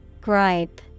Gripe